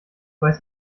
weiß